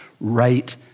right